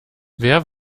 wer